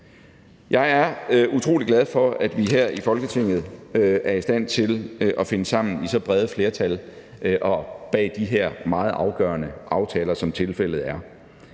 Jeg er utrolig glad for, at vi her i Folketinget er i stand til at finde sammen i så brede flertal bag de her meget afgørende aftaler, som tilfældet er.